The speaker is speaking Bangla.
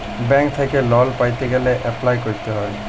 ব্যাংক থ্যাইকে লল পাইতে গ্যালে এপ্লায় ক্যরতে হ্যয়